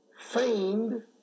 feigned